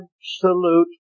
absolute